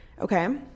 Okay